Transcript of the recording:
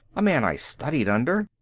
a man i studied under.